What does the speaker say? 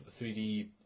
3D